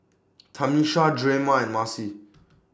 Tamisha Drema and Marcie